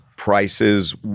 Prices